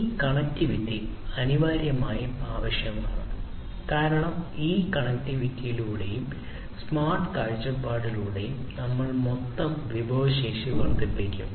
ഈ കണക്റ്റിവിറ്റി അനിവാര്യമായും ആവശ്യമാണ് കാരണം ഈ കണക്റ്റിവിറ്റിയിലൂടെയും സ്മാർട്ട് കാഴ്ചപ്പാടിലൂടെയും നമ്മൾ മൊത്തം വിഭവശേഷി വർദ്ധിപ്പിക്കും